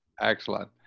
Excellent